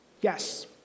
Yes